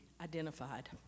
identified